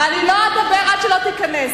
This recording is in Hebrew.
אני לא אדבר עד שלא תיכנס.